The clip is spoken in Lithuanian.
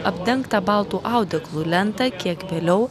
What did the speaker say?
apdengtą baltu audeklu lentą kiek vėliau